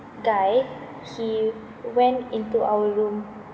guy he went into our room